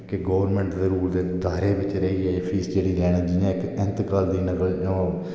की गौरमैंट दे दायरे बिच रेहियै एह् फीस लैना जियां इक्क इंतकाल दी फीस जेह्ड़ी ओह्